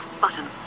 button